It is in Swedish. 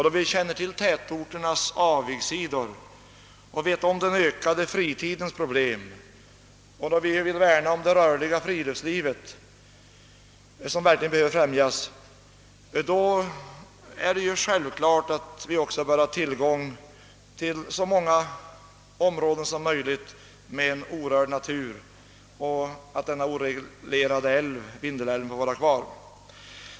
Då vi känner till tätorternas avigsidor och vet om den ökade fritidens problem och då vi vill värna om det rörliga friluftslivet, som verkligen behöver främjas, då är det självklart att vi också bör ha tillgång till så många områden som möjligt med en orörd natur och att den oreglerade Vindelälven får vara kvar.